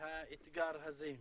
האתגר הזה.